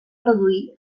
reduir